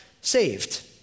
saved